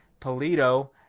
Polito